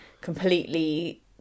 completely